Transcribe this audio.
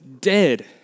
dead